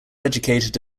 educated